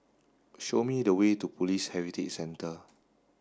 show me the way to Police Heritage Centre